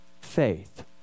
faith